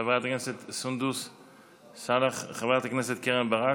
חברת הכנסת סונדוס סאלח, חברת הכנסת קרן ברק.